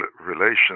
relations